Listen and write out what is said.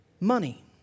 Money